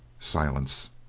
silence.